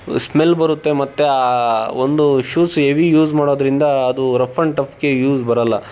smell ಬರುತ್ತೆ ಮತ್ತೆ ಆ ಒಂದು ಶೂಸ್ ಎವಿ ಯೂಸ್ ಮಾಡೋದರಿಂದ ಅದು ರಫ್ ಆ್ಯಂಡ್ ಟಫ್ಗೆ ಯೂಸ್ ಬರಲ್ಲ